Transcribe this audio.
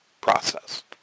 process